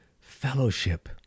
fellowship